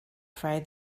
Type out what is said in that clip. fry